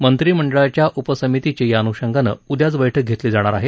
मंत्रिमंडळाच्या उपसमितीची या अनुषंगानं उद्याच बैठक घेतली जाणार आहे